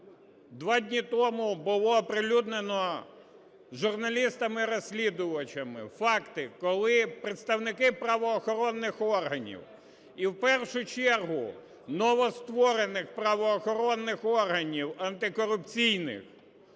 два дні тому було оприлюднено журналістами-розслідувачами факти, коли представники правоохоронних органів, і в першу чергу новостворених правоохоронних органів антикорупційних,